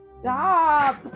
Stop